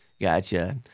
gotcha